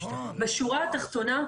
בשורה התחתונה,